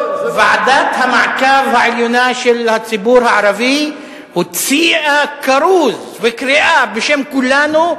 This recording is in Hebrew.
ועדת המעקב העליונה של הציבור הערבי הוציאה כרוז וקריאה בשם כולנו,